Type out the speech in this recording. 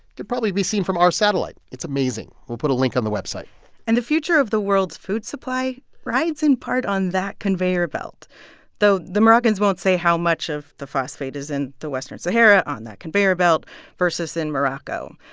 probably be seen from our satellite. it's amazing. we'll put a link on the website and the future of the world's food supply rides in part on that conveyor belt though the moroccans won't say how much of the phosphate is in the western sahara on that conveyor belt versus in morocco.